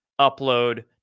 upload